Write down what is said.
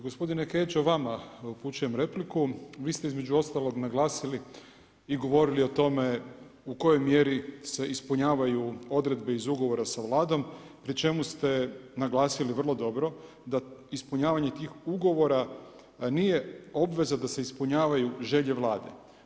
Gospodine Kedžo vama, upućujem repliku, vi ste između ostalog naglasili i govorili o tome, u kojoj mjeri se ispunjavaju odredbe iz ugovora sa Vladom, pri čemu ste naglasili vrlo dobro, da ispunjavanje tih ugovora, nije obveza da se ispunjavaju želje vlade.